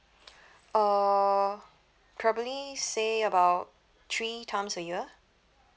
uh probably say about three times a year